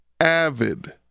avid